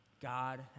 God